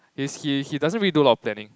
he's he he doesn't really do a lot of planning